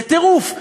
זה טירוף.